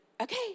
okay